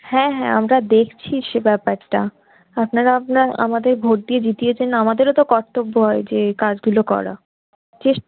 হ্যাঁ হ্যাঁ আমরা দেখছি সে ব্যাপারটা আপনারা আপনা আমাদের ভোট দিয়ে জিতিয়েছেন আমাদেরও তো কর্তব্য হয় যে কাজগুলো করা চেষ্টা